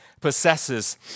possesses